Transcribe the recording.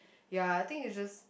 ya I think it's just